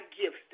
gifts